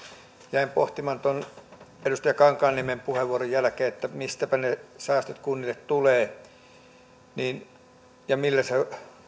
jäin pohtimaan tuon edustaja kankaanniemen puheenvuoron jälkeen että mistäpä ne säästöt kunnille tulevat ja millä se